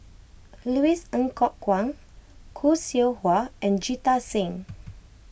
Louis Ng Kok Kwang Khoo Seow Hwa and Jita Singh